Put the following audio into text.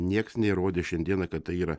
nieks neįrodė šiandieną kad tai yra